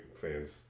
fans